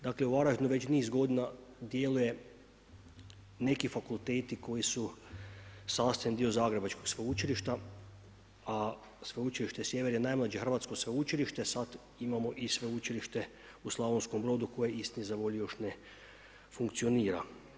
Dakle u Varaždinu već niz godina dijele neki fakulteti koji su sastavni dio Zagrebačkog sveučilišta, a Sveučilište Sjever je najmlađe hrvatsko sveučilište, sada imamo i Sveučilište u Slavonskom Brodu koje istini za volju još ne funkcionira.